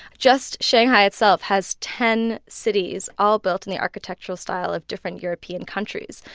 just shanghai itself has ten cities all built in the architectural style of different european countries.